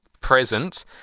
present